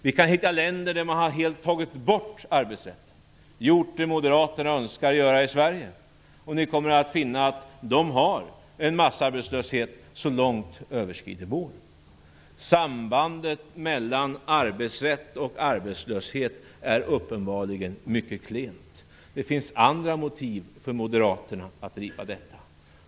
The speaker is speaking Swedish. Vi kan hitta länder där man helt har tagit bort arbetsrätten och genomfört det som moderaterna önskar i Sverige, och man kommer att finna att dessa länder har en massarbetslöshet som långt överskrider vår. Sambandet mellan arbetsrätt och arbetslöshet är uppenbarligen mycket klent. Det finns andra motiv för moderaterna att driva detta.